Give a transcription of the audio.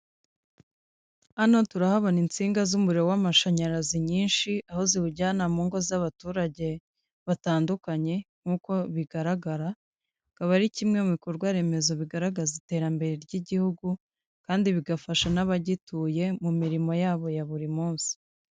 Hano turahabona insinga z'umuriro w'amashanyarazi nyinshi aho ziwujyana mu ngo z'abaturage batandukanye nk'uko bigaragara, akaba ari kimwe mu bikorwa remezo bigaragaza iterambere ry'igihugu kandi bigafasha n'abagituye mu mirimo yabo ya buri munsi.